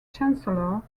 chancellor